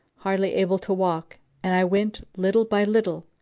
hardly able to walk and i went, little by little,